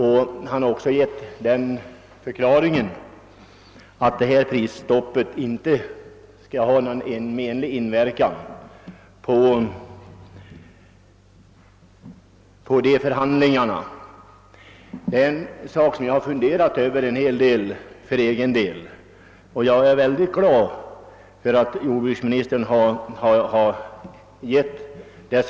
Han har också förklarat att prisstoppet inte skall ha någon menlig inverkan på de som berörs av dessa förhandlingar. Jag har själv funderat en hel del över den här saken, och jag är mycket glad över jordbruksministerns besked.